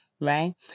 right